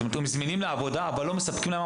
הם זמינים לעבודה ואז לא מספקים להם